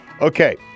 Okay